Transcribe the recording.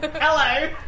hello